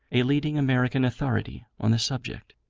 a leading american authority on the subject.